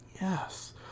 Yes